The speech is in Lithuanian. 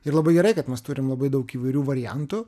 ir labai gerai kad mes turim labai daug įvairių variantų